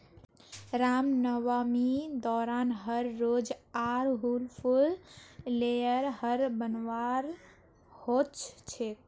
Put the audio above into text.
रामनवामी दौरान हर रोज़ आर हुल फूल लेयर हर बनवार होच छे